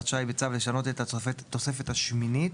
רשאי בצו לשנות את התוספת השמינית.